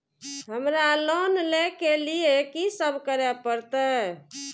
हमरा लोन ले के लिए की सब करे परते?